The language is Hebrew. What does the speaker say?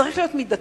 צריך להיות מידתי,